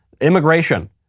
immigration